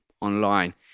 online